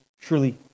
truly